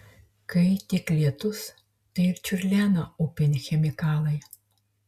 kai tik lietus tai ir čiurlena upėn chemikalai